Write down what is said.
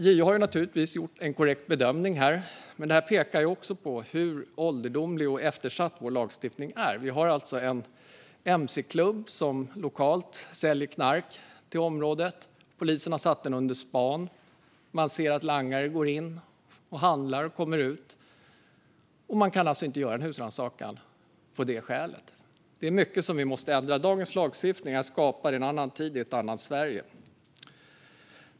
Här har JO naturligtvis gjort en korrekt bedömning, men detta pekar också på hur ålderdomlig och eftersatt vår lagstiftning är. Vi har alltså en mc-klubb som lokalt säljer knark till området, och polisen har satt den under span. Man ser att langare går in, handlar och kommer ut - och kan alltså inte göra en husrannsakan på det skälet. Det är mycket vi måste ändra; dagens lagstiftning är skapad i en annan tid, i ett annat Sverige.